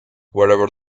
whether